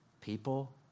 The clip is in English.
people